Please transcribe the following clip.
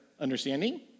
understanding